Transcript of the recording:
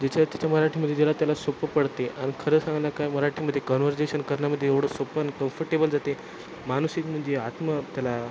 ज्याच्या त्याच्या मराठीमध्ये ज्याला त्याला सोपं पडते आहे आणि खरं सांगायला काय मराठीमध्ये कॉन्व्हर्जेशन करण्यामध्ये एवढं सोपं आणि कम्फर्टेबल जाते आहे मानसिक म्हणजे आत्म त्याला